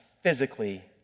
physically